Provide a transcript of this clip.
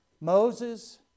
Moses